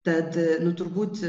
tad turbūt